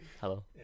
Hello